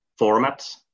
formats